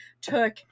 took